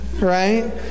right